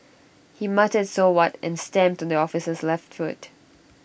he muttered so what and stamped on the officer's left foot